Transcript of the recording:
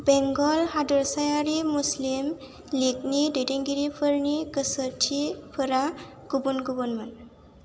बेंगल हादोरसायारि मुस्लिम लीगनि दैदेनगिरिफोरनि गोसोथिफोरा गुबुन गुबुनमोन